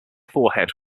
forehead